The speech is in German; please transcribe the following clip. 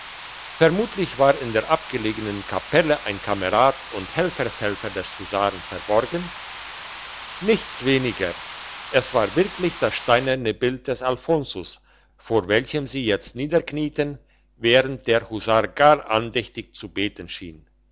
vermutlich war in der abgelegenen kapelle ein kamerad und helfershelfer des husaren verborgen nichts weniger es war wirklich das steinerne bild des alfonsus vor welchem sie jetzt niederknieten während der husar gar andächtig zu beten schien